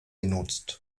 genutzt